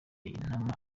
intama